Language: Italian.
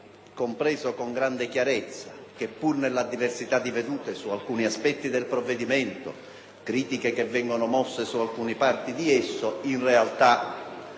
compreso con grande chiarezza che, pur nella diversità di vedute su alcuni aspetti, pur con le critiche che vengono mosse su alcune sue parti, in realtà